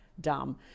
Dumb